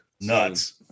Nuts